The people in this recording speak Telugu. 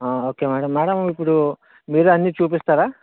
ఆ ఓకే మేడమ్ మేడమ్ ఇప్పుడు మీరే అన్నీ చూపిస్తారా